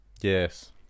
Yes